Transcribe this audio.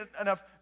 enough